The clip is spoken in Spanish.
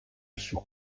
sus